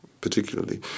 particularly